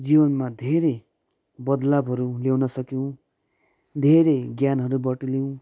जीवनमा धेरै बदलावहरू ल्याउन सक्यौँ धेरै ज्ञानहरू बटुल्यौँ